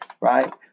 right